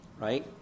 right